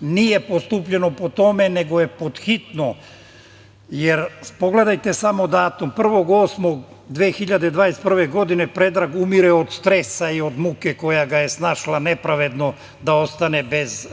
nije postupljeno po tome, nego je pod hitno, jer pogledajte samo datum 1. avgusta 2021. godine Predrag umire od stresa i od muke koja ga je snašla nepravedno da ostane bez